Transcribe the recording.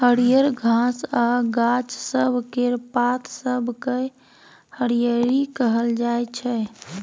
हरियर घास आ गाछ सब केर पात सबकेँ हरियरी कहल जाइ छै